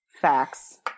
facts